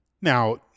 Now